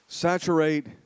saturate